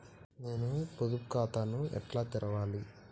నేను పొదుపు ఖాతాను ఎట్లా తెరవాలి?